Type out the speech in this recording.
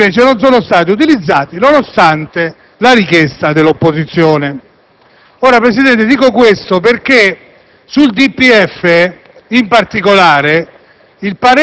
e che invece non sono stati utilizzati, nonostante la richiesta dell'opposizione. Signor Presidente, dico questo perché in particolare